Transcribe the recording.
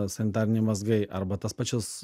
sanitariniai mazgai arba tas pačias